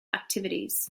activities